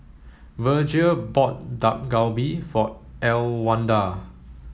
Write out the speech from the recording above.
Virgia bought Dak Galbi for Elwanda